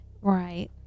Right